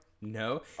No